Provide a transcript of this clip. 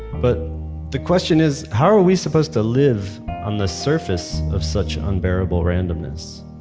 but the question is how are we supposed to live on the surface of such unbearable randomness?